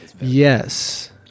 Yes